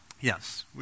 Yes